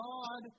God